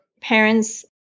parents